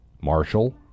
Marshall